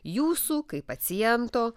jūsų kaip paciento